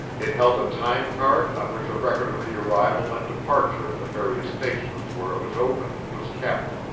it held a time-card on which a record of the arrival and departure at the various stations where it was opened, was kept.